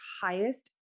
highest